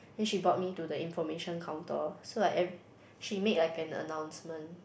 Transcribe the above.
then she bought me to the information counter so like ev~ she make like an announcement